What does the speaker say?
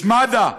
יש מד"א,